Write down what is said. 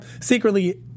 secretly